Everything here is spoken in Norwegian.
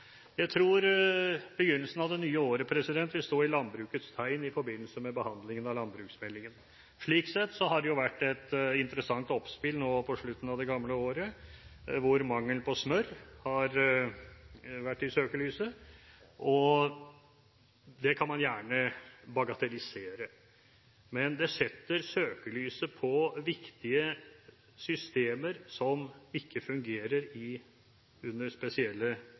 Jeg tror begynnelsen av det nye året vil stå i landbrukets tegn i forbindelse med behandlingen av landbruksmeldingen. Slik sett har det jo vært et interessant oppspill nå på slutten av det gamle året, hvor mangelen på smør har vært i søkelyset. Det kan man gjerne bagatellisere, men det setter søkelyset på viktige systemer som ikke fungerer under spesielle